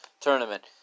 tournament